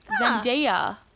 Zendaya